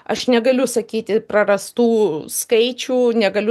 aš negaliu sakyti prarastų skaičių negaliu